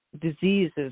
diseases